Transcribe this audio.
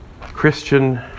Christian